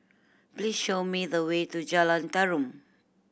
please show me the way to Jalan Tarum